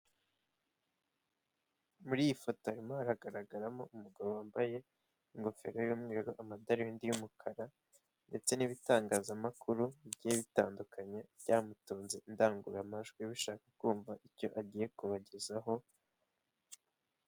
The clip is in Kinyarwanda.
Muri iyi foto harimo haragaragaramo umugabo wambaye ingofero y'umweru, amadarubindi y'umukara ndetse n'ibitangazamakuru bigiye bitandukanye byamutunze indangururamajwi, bishaka kumva icyo agiye kubagezaho.